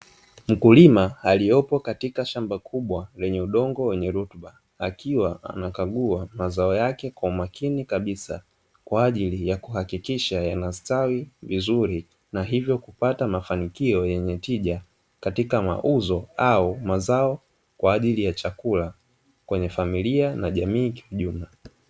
Mkulima aliyopo katika shamba kubwa lenye rutuba akiwa anakata mazao yake kwa umakini kabisa, kwa ajili ya kuhakikisha yanastawi vizuri na hivyo kupata mafanikio yenye tija katika mauzo au mazao kwa ajili ya chakula kwenye familia na jamii kiujumla.